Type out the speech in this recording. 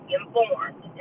informed